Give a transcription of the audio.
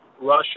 Russia